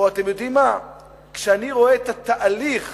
או כשאני רואה את התהליך